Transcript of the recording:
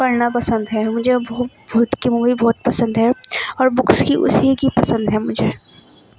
پڑھنا پسند ہے مجھے بھوت کی مووی بہت پسند ہے اور بکس بھی اسی کی پسند ہے مجھے